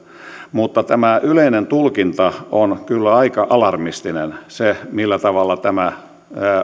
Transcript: tämä yleinen tulkinta on kyllä aika alarmistinen se millä tavalla tämä